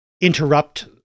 interrupt